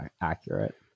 accurate